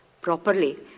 properly